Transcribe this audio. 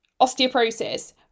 osteoporosis